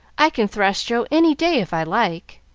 i can thrash joe any day, if i like.